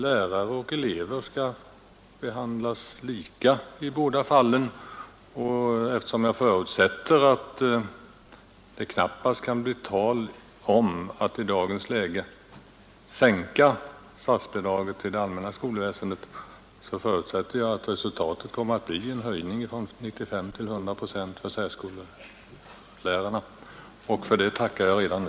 Lärare och elever skall behandlas lika i båda fallen. Eftersom det knappast kan bli tal om att i dagens läge sänka statsbidraget till det allmänna skolväsendet, förutsätter jag att resultatet kommer att bli en höjning från 95 till 100 procent för särskolelärarna, För det tackar jag redan nu.